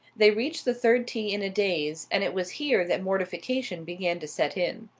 they reached the third tee in a daze, and it was here that mortification began to set in.